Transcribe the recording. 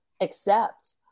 accept